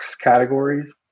categories